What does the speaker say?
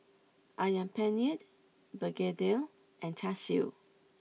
Ayam Penyet Begedil and Char Siu